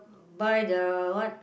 buy the what